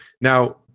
Now